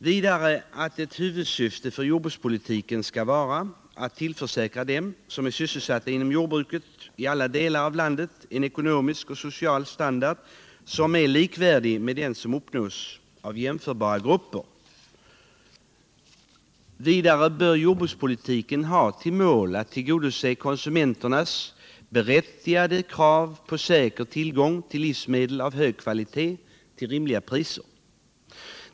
Vidare är ett huvudsyfte med jordbrukspolitiken att tillförsäkra dem som är sysselsatta inom jordbruket i alla delar av landet en ekonomisk och social standard som är likvärdig med den som uppnåtts av jämförbara grupper. Vidare bör jordbrukspolitiken ha till mål att tillgodose konsumenternas berättigade krav på säker tillgång till livsmedel av hög kvalitet och till rimliga priser.